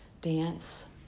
dance